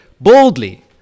boldly